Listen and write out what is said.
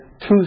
two